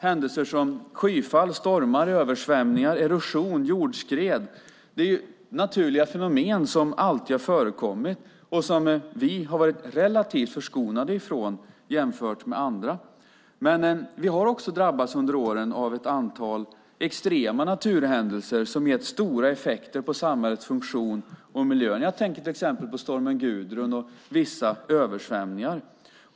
Händelser som skyfall, stormar, översvämningar, erosion och jordskred är naturliga fenomen som alltid har förekommit och som vi har varit relativt förskonade från i jämförelse med andra. Men vi har också under åren drabbats av ett antal extrema naturhändelser som gett stora effekter på samhällets funktion och miljön. Jag tänker exempelvis på stormen Gudrun och vissa översvämningar.